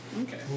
okay